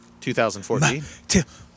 2014